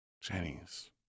Jenny's